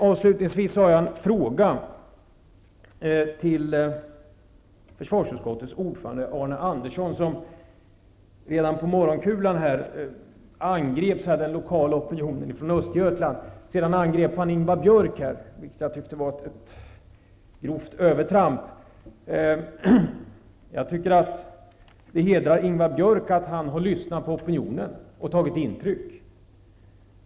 Avslutningsvis har jag en fråga till försvarsutskottets ordförande Arne Andersson, som redan på morgonkulan angreps av den lokala opinionen ifrån Östergötland. Sedan angrep han Ingvar Björk, vilket jag tycker var ett grovt övertramp. Det hedrar Ingvar Björk att han har lyssnat på opinionen och tagit intryck.